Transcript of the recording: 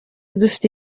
dufite